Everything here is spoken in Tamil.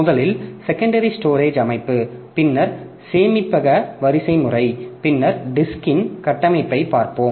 முதலில் செகண்டரி ஸ்டோரேஜ் அமைப்பு பின்னர் சேமிப்பக வரிசைமுறை பின்னர் டிஸ்க்ன் கட்டமைப்பைப் பார்ப்போம்